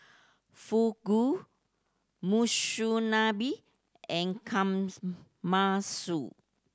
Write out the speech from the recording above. Fugu Monsunabe and Kamasmasu